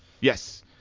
Yes